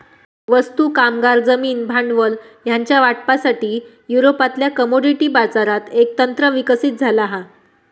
वस्तू, कामगार, जमीन, भांडवल ह्यांच्या वाटपासाठी, युरोपातल्या कमोडिटी बाजारात एक तंत्र विकसित झाला हा